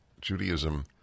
Judaism